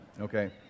okay